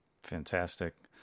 Fantastic